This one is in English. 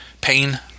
pain